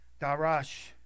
Darash